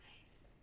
!hais!